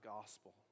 gospel